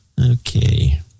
Okay